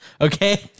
okay